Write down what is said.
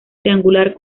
triangular